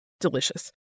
Delicious